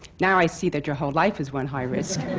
now i see that your whole life is one high risk!